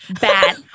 bad